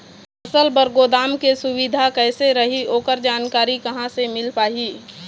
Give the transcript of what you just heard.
फसल बर गोदाम के सुविधा कैसे रही ओकर जानकारी कहा से मिल पाही?